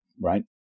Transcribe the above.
right